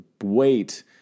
weight